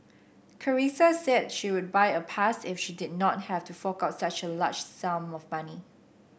Carissa said she would buy a pass if she did not have to fork out such a large lump sum of money